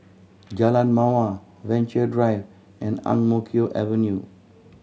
Jalan Mawar Venture Drive and Ang Mo Kio Avenue